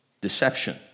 deception